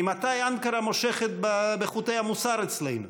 ממתי אנקרה מושכת בחוטי המוסר אצלנו?